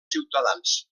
ciutadans